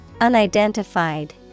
Unidentified